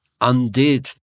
undid